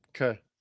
Okay